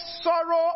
sorrow